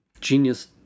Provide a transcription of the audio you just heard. genius